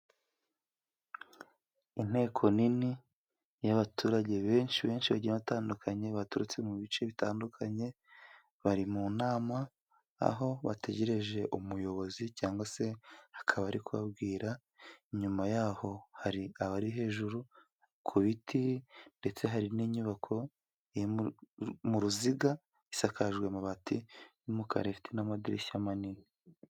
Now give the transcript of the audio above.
Inteko nini y'abaturage benshi benshi bagiye batandukanye, baturutse mu bice bitandukanye bari mu nama, aho bategereje umuyobozi cyangwa se akaba ari kubabwira. Inyuma y'aho hari abari hejuru ku biti, ndetse hari n'inyubako iri mu ruziga isakajwe amabati y'umukara ifite n'amadirishya manini.